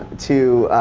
to,